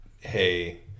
hey